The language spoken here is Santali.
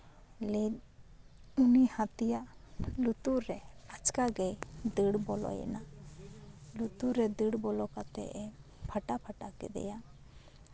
ᱞᱟᱹᱭ ᱩᱱᱤ ᱦᱟᱹᱛᱤᱭᱟᱜ ᱞᱩᱛᱩᱨ ᱨᱮ ᱟᱪᱠᱟ ᱜᱮᱭ ᱫᱟᱹᱲ ᱵᱚᱞᱚᱭᱮᱱᱟ ᱞᱩᱛᱩᱨ ᱨᱮ ᱫᱟᱹᱲ ᱵᱚᱞᱚ ᱠᱟᱛᱮᱜ ᱮ ᱯᱷᱟᱴᱟ ᱯᱷᱟᱴᱟ ᱠᱮᱫᱮᱭᱟ